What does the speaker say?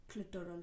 clitoral